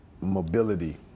mobility